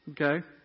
Okay